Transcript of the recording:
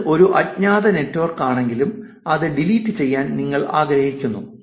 ഇത് ഒരു അജ്ഞാത നെറ്റ്വർക്ക് ആണെങ്കിലും അത് ഡിലീറ്റ് ചെയ്യാൻ നിങ്ങൾ ആഗ്രഹിക്കുന്നു